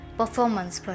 performance